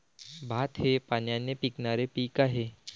भात हे पाण्याने पिकणारे पीक आहे